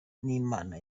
n’imana